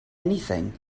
anything